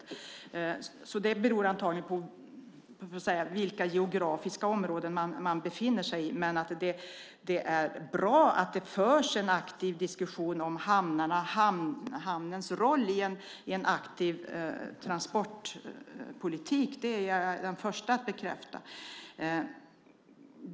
Upplevelsen av fixering beror antagligen på vilket geografiskt område man befinner sig i. Men det är bra att det förs en aktiv diskussion om hamnens roll i en aktiv transportpolitik. Det är jag den första att bekräfta.